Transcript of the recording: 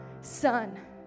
son